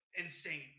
insane